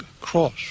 cross